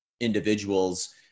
individuals